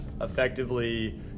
effectively